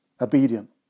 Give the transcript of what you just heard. obedient